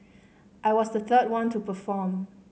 I was the third one to perform